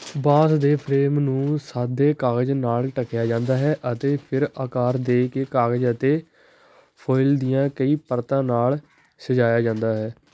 ਬਾਂਸ ਦੇ ਫਰੇਮ ਨੂੰ ਸਾਦੇ ਕਾਗਜ਼ ਨਾਲ ਢਕਿਆ ਜਾਂਦਾ ਹੈ ਅਤੇ ਫਿਰ ਆਕਾਰ ਦੇ ਕੇ ਕਾਗਜ਼ ਅਤੇ ਫੋਇਲ ਦੀਆਂ ਕਈ ਪਰਤਾਂ ਨਾਲ ਸਜਾਇਆ ਜਾਂਦਾ ਹੈ